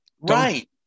Right